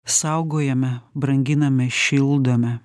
saugojame branginame šildome